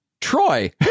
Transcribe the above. Troy